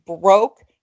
broke